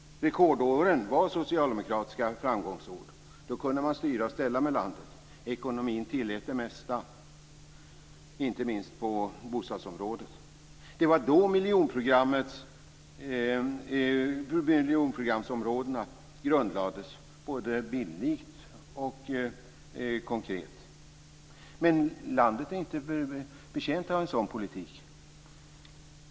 Rekordåren var socialdemokratiska framgångsår. Då kunde man styra och ställa med landet. Ekonomin tillät det mesta, inte minst på bostadsområdet. Det var då miljonprogramsområdena grundlades både bildligt och konkret. Men landet är inte betjänt av en sådan politik.